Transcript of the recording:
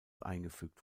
eingefügt